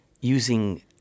using